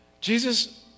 Jesus